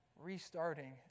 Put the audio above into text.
restarting